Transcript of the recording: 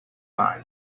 guy